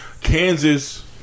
Kansas